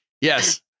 Yes